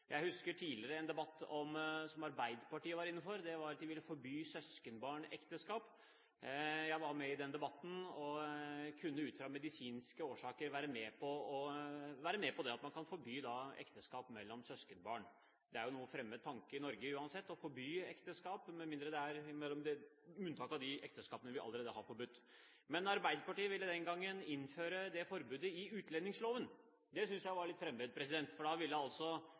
Jeg husker en tidligere debatt som Arbeiderpartiet var med på. De ville forby søskenbarnekteskap. Jeg var med i den debatten og kunne være med på at man ut fra medisinske årsaker kan forby ekteskap mellom søskenbarn. Det er en noe fremmed tanke i Norge, uansett, å forby ekteskap, med unntak for de ekteskapene vi allerede har forbudt. Arbeiderpartiet ville den gangen innføre det forbudet i utlendingsloven. Det var litt fremmed for